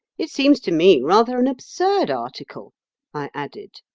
it seems to me rather an absurd article i added.